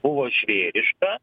buvo žvėriška